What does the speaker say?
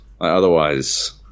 otherwise